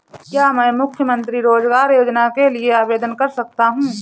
क्या मैं मुख्यमंत्री रोज़गार योजना के लिए आवेदन कर सकता हूँ?